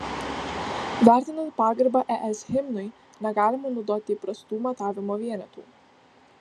vertinant pagarbą es himnui negalima naudoti įprastų matavimo vienetų